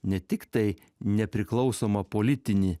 ne tik tai nepriklausomą politinį